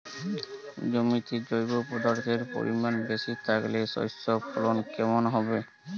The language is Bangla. জমিতে জৈব পদার্থের পরিমাণ বেশি থাকলে শস্যর ফলন কেমন হবে?